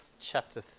chapter